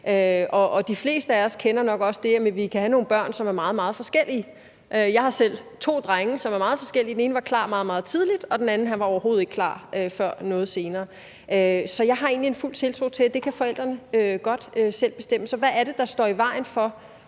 de fleste af os kender nok også det med, at vi kan have nogle børn, som er meget, meget forskellige. Jeg har selv to drenge, som er meget forskellige. Den ene var klar meget, meget tidligt, og den anden var overhovedet ikke klar før noget senere. Så jeg har egentlig en fuld tiltro til, at det kan forældrene godt selv bestemme. Så hvad er det, der står i vejen for